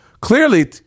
clearly